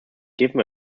given